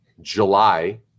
july